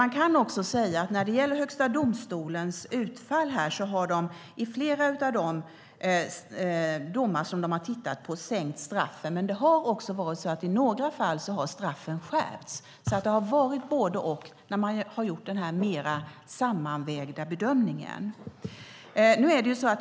När det gäller Högsta domstolens utfall här har de i flera av sina domar sänkt straffen, men i några fall har straffen skärpts. Så det har varit både och när man har gjort den mer sammanvägda bedömningen.